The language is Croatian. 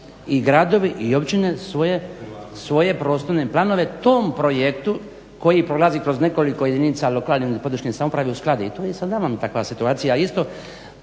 i gradovi i općine svoje prostorne planove tom projektu koji prolazi kroz nekoliko jedinica lokalne ili područne samouprave uskladi i to je sa nama takva situacija.